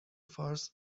فارس